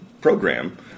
program